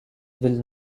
will